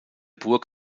burg